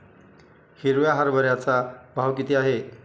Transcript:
हिरव्या हरभऱ्याचा भाव किती आहे?